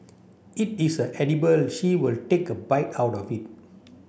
it is a edible she will take a bite out of it